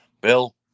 Bill